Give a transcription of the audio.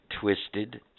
twisted